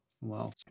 Wow